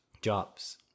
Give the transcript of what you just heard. jobs